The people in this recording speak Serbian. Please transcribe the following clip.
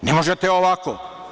Ne možete ovako.